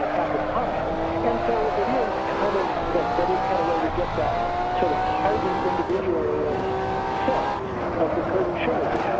at the time and so it is kind of that but is kind of where we get that sort of hardy individualist sense of the code of chivalry, yeah